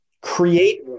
create